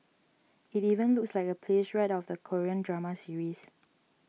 it even looks like a place right out of a Korean drama series